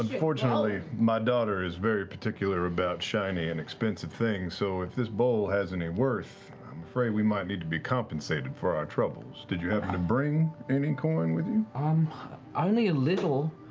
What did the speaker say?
unfortunately, my daughter is very particular about shiny and expensive things, so if this bowl has any worth, i'm afraid we might need to be compensated for our troubles. did you happen to bring any coin with you? mark um only a little.